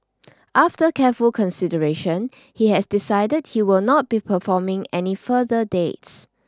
after careful consideration he has decided he will not be performing any further dates